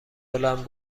بلند